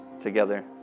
together